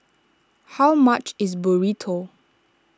how much is Burrito